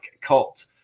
cult